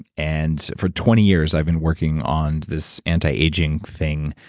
and for twenty years i've been working on this anti-aging thing,